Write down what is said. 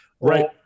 Right